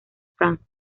france